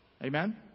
Amen